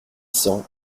cents